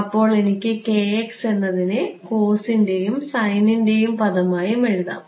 അപ്പോൾ എനിക്ക് എന്നതിനെ കോസിൻ്റെയും സൈനിൻ്റെയും പദമായും എഴുതാം